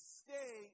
stay